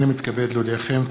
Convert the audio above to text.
הנני מתכבד להודיעכם,